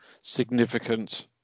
significant